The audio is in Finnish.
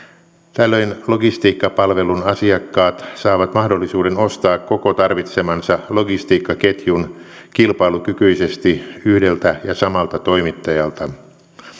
tällöin logistiikkapalvelun asiakkaat saavat mahdollisuuden ostaa koko tarvitsemansa logistiikkaketjun kilpailukykyisesti yhdeltä ja samalta toimittajalta